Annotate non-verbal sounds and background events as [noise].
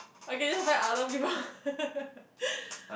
I can just buy other people [laughs]